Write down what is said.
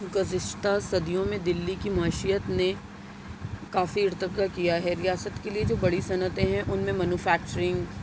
گزشتہ صدیوں میں دلی کی معیشت نے کافی ارتقا کیا ہے ریاست کے لئے جو بڑی صنعتیں ہیں ان میں مینوفیکچرنگ